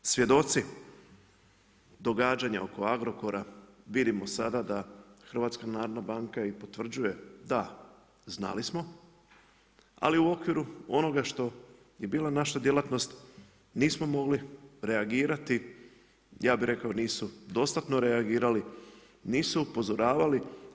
Svjedoci događanja oko Agrokora, vidimo sada da HNB i potvrđuje, da, znali smo, ali u okviru onoga što je bila naša djelatnost, nismo mogli reagirati, ja bi rekao, da nisu dostatno reagirali, nisu upozoravali.